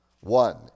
one